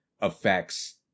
affects